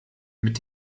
mit